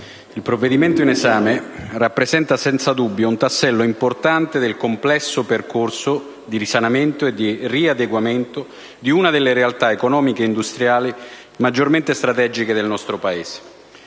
il provvedimento in esame rappresenta senza dubbio un tassello importante del complesso percorso di risanamento e di riadeguamento di una delle realtà economico-industriali maggiormente strategiche del nostro Paese.